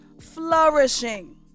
flourishing